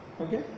Okay